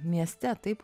mieste taip